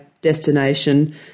destination